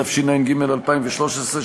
התשע"ד 2013,